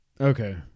Okay